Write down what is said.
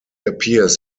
appears